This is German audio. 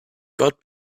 gott